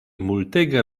multege